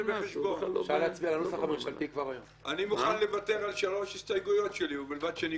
אני מוכן לוותר על שלוש הסתייגויות שלי ובלבד שנגמור.